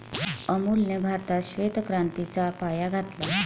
अमूलने भारतात श्वेत क्रांतीचा पाया घातला